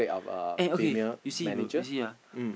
eh okay we see bro you see ah